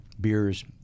beers